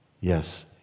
yes